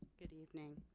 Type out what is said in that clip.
at evening